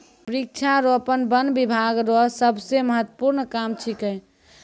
वृक्षारोपण वन बिभाग रो सबसे महत्वपूर्ण काम छिकै